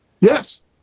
Yes